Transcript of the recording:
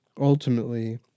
ultimately